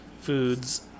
foods